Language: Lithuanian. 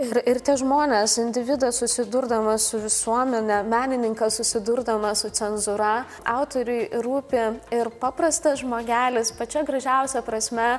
ir ir tie žmonės individas susidurdamas su visuomene menininkas susidurdamas su cenzūra autoriui rūpi ir paprastas žmogelis pačia gražiausia prasme